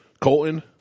Colton